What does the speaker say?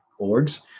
orgs